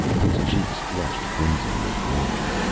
his cheeks flushed crimson with rage.